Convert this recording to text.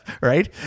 right